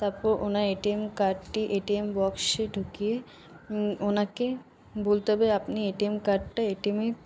তারপর ওনার এটিএম কার্ডটি এটিএম বক্সে ঢুকিয়ে ওনাকে বলতে হবে আপনি এটিএম কার্ডটা এটিএমে